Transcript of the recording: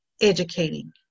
educating